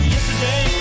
Yesterday